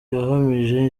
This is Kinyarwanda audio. yahamije